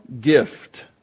gift